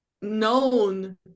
known